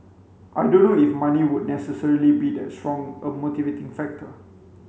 I don't know if money would necessarily be that strong a motivating factor